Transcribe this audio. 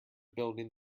building